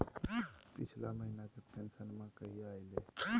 पिछला महीना के पेंसनमा कहिया आइले?